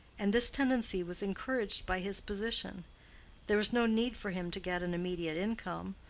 and this tendency was encouraged by his position there was no need for him to get an immediate income,